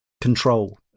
control